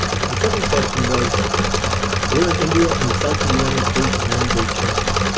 the second question was we're in india and we sell to the united states on ninety day terms.